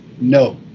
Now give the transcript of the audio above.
No